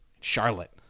Charlotte